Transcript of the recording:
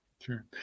Sure